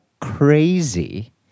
crazy